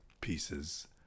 pieces